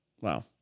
Wow